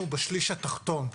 אנחנו בשליש התחתון.